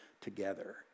together